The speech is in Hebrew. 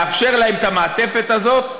לאפשר להם את המעטפת הזאת,